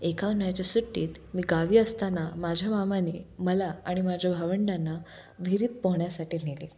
एका उन्हाळ्याच्या सुट्टीत मी गावी असताना माझ्या मामाने मला आणि माझ्या भावंडांना विहिरीत पोहण्यासाठी नेले